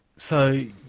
so,